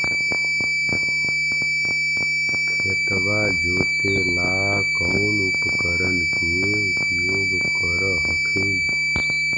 खेतबा जोते ला कौन उपकरण के उपयोग कर हखिन?